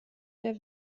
der